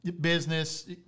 business